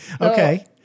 Okay